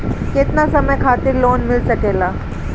केतना समय खातिर लोन मिल सकेला?